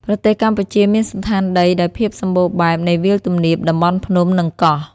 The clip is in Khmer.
ប្រទេសកម្ពុជាមានសណ្ឋានដីដោយភាពសម្បូរបែបនៃវាលទំនាប តំបន់ភ្នំ និងកោះ។